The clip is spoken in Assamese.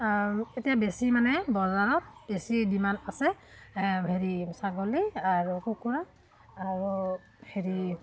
এতিয়া বেছি মানে বজাৰত বেছি ডিমাণ্ড আছে হেৰি ছাগলী আৰু কুকুৰা আৰু হেৰি